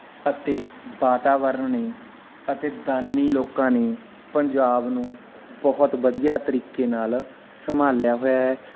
ਅਤੇ ਵਾਤਾਵਰਨ ਨੇ ਅਤੇ ਦਾਨੀ ਲੋਕਾਂ ਨੇ ਪੰਜਾਬ ਨੂੰ ਬਹੁਤ ਵਧੀਆ ਤਰੀਕੇ ਨਾਲ ਸੰਭਾਲਿਆ ਹੋਇਆ ਹੈ